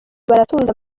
baratuza